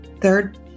Third